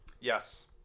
Yes